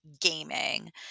gaming